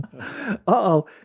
Uh-oh